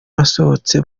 nasohotse